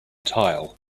tile